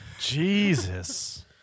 Jesus